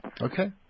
Okay